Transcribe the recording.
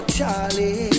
Charlie